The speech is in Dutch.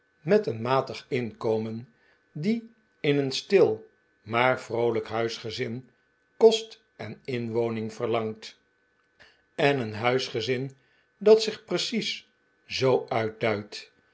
met een matig inkomen die in een stil maar vroolijk huisgezin kost en inwoning verlangt en een huisgezin dat zich precies zoo